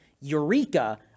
Eureka